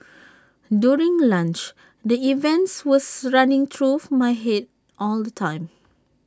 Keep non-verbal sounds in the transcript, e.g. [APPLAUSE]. during lunch the events were [UNINTELLIGIBLE] running through my Head all the time